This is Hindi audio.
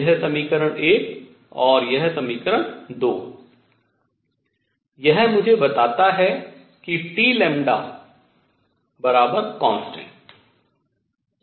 यह समीकरण 1 और यह समीकरण 2 यह मुझे बताता है कि Tλconstant इसका क्या मतलब होता है